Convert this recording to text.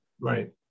Right